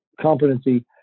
competency